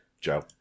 Joe